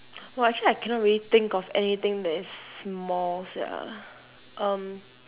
!wah! I actually cannot really thing of anything that is small sia um